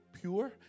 pure